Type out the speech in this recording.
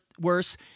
worse